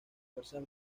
fuerzas